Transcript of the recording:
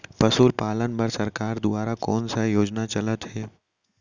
पशुपालन बर सरकार दुवारा कोन स योजना चलत हे?